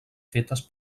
fetes